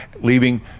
leaving